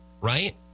right